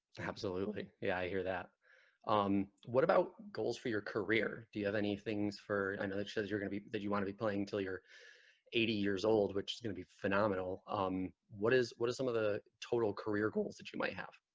absolutely yeah i hear that um what about goals for your career do you have any things for and it says you're gonna be but that you want to be playing until you're eighty years old which be phenomenal um what is what are some of the total career goals that you might have